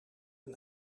een